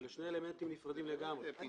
אלה שני אלמנטים נפרדים לגמרי.